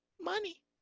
money